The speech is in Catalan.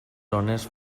zones